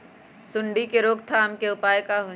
सूंडी के रोक थाम के उपाय का होई?